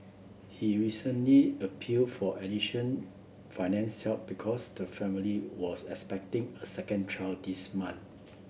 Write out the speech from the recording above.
he recently appeal for addition finance help because the family was expecting a second child this month